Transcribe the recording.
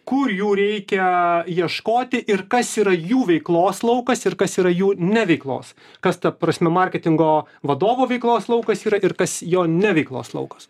kur jų reikia ieškoti ir kas yra jų veiklos laukas ir kas yra jų ne veiklos kas ta prasme marketingo vadovo veiklos laukas yra ir kas jo ne veiklos laukas